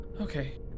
Okay